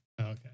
Okay